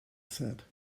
said